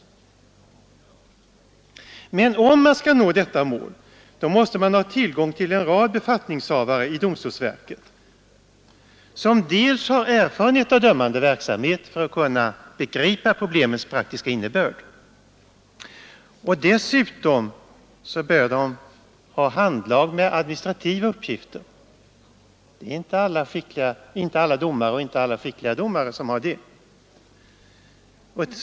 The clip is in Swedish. Men om man skall nå detta mål måste man ha tillgång till en rad befattningshavare i domstolsverket, som har erfarenhet av dömande verksamhet, för att kunna begripa problemens praktiska innebörd. Dessutom bör de ha handlag med administrativa uppgifter. Det är inte alla domare och inte alla skickliga domare som har det.